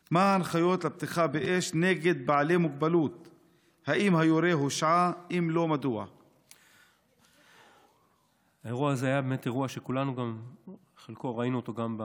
2. מי נתן את הפקודה